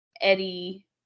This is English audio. Eddie